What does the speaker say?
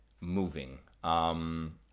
moving